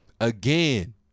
again